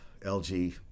LG